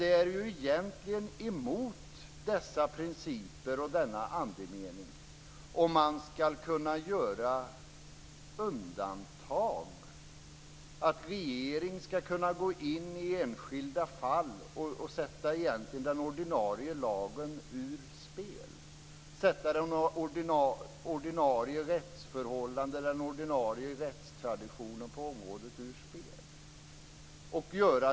Det är egentligen emot dessa principer och denna andemening om man skall kunna göra undantag, att regeringen skall kunna gå in i enskilda fall och sätta den ordinarie lagen, rättsförhållandena och rättstraditionen på området ur spel.